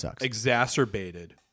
exacerbated